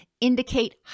indicate